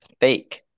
Fake